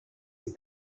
die